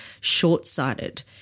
short-sighted